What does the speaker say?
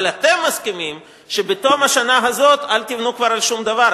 אבל אתם מסכימים שבתום השנה הזאת אל תבנו כבר על שום דבר.